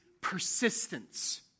persistence